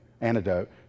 antidote